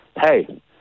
hey